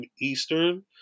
Eastern